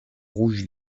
rouge